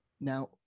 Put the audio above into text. Now